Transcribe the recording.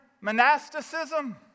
monasticism